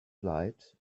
flight